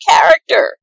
character